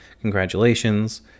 congratulations